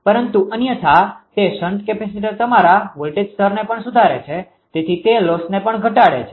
પરંતુ અન્યથા તે શન્ટ કેપેસિટર તમારા વોલ્ટેજ સ્તરને પણ સુધારે છે તેથી તે લોસને પણ ઘટાડે છે